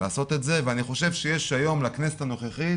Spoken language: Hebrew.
לעשות את זה, ואני חושב שיש היום לכנסת הנוכחית